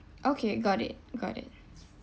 okay got it got it